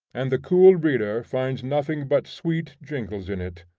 and the cool reader finds nothing but sweet jingles in it.